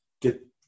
get